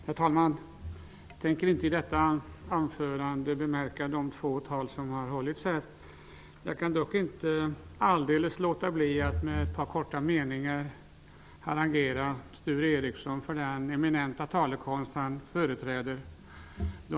Herr talman! Jag tänker inte i detta anförande bemöta de två tal som har hållits här. Jag kan dock inte alldeles låta bli att med ett par korta meningar harangera Sture Ericson för den eminenta talekonst han företräder.